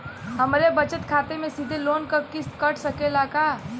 हमरे बचत खाते से सीधे लोन क किस्त कट सकेला का?